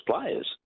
players